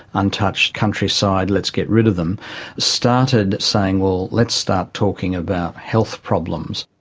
untouched countryside. let's get rid of them started saying, well, let's start talking about health problems.